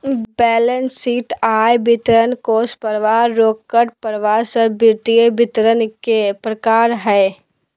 balance sheet, आय विवरण, कोष परवाह, रोकड़ परवाह सब वित्तीय विवरण के प्रकार हय